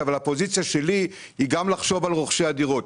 אבל הפוזיציה שלי היא גם לחשוב על רוכשי הדירות.